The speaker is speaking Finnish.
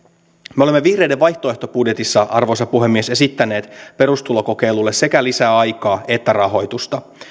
me olemme vihreiden vaihtoehtobudjetissa arvoisa puhemies esittäneet perustulokokeilulle sekä lisäaikaa että rahoitusta